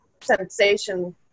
sensation